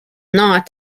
not